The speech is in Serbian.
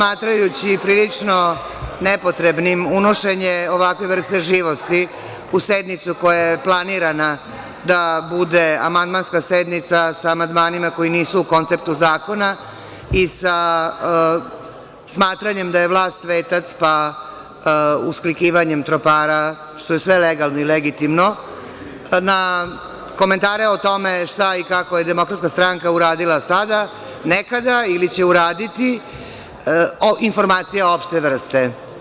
Smatrajući prilično nepotrebnim unošenje ovakve vrste živosti u sednicu koja je planirana da bude amandmanska sednica, sa amandmanima koji nisu u konceptu zakona i sa smatranjem da je vlast svetac, pa usklikivanjem tropara, što je sve legalno i legitimno, na komentare o tome šta je i kako je DS uradila sada, nekada ili će uraditi, informacija opšte vrste.